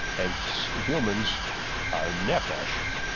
and humans are nephesh,